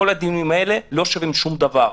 כל הדיונים האלה לא שווים שום דבר.